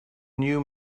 new